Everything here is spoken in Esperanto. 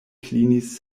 klinis